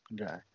Okay